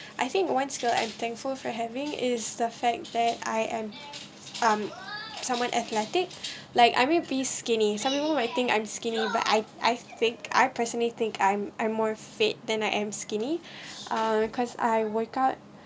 I think once girl and thankful for having is the fact that I am um someone athletic like I mean be skinny some people might think I'm skinny but I I fit I personally think I'm I'm more fit than I am skinny um because I work out